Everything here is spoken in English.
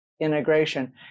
integration